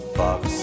box